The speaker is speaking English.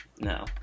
No